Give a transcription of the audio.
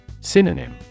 Synonym